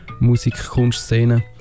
Musikkunstszene